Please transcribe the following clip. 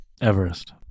Everest